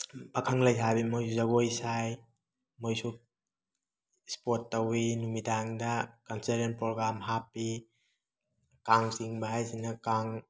ꯄꯥꯈꯪ ꯂꯩꯁꯥꯕꯤ ꯃꯣꯏꯁꯨ ꯖꯒꯣꯏ ꯁꯥꯏ ꯃꯣꯏꯁꯨ ꯏꯁꯄꯣꯠ ꯇꯧꯋꯤ ꯅꯨꯃꯤꯗꯥꯡꯗ ꯀꯜꯆꯔꯦꯜ ꯄ꯭ꯔꯣꯒ꯭ꯔꯥꯝ ꯍꯥꯞꯄꯤ ꯀꯥꯡ ꯆꯤꯡꯕ ꯍꯥꯏꯁꯤꯅ ꯀꯥꯡ